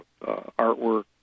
artwork